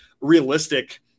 realistic